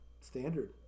standard